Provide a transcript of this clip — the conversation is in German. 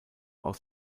aus